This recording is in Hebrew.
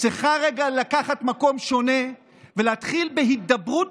צריכה רגע לקחת מקום שונה ולהתחיל בהידברות